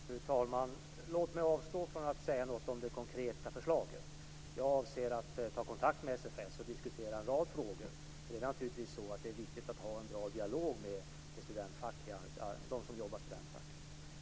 Fru talman! Låt mig avstå från att säga något om det konkreta förslaget. Jag avser att ta kontakt med SFS och diskutera en rad frågor. Det är naturligtvis viktigt att ha en bra dialog med dem som jobbar studentfackligt.